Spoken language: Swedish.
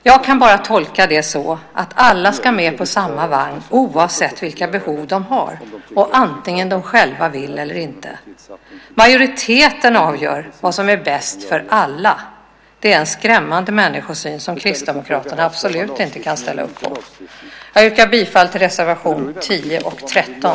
Jag kan bara tolka det så att alla ska med på samma vagn oavsett vilka behov de har och antingen de själva vill eller inte. Majoriteten avgör vad som är bäst för alla. Det är en skrämmande människosyn som Kristdemokraterna absolut inte kan ställa upp på. Jag yrkar bifall till reservationerna 10 och 13.